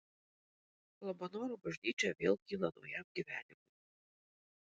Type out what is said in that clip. labanoro bažnyčia vėl kyla naujam gyvenimui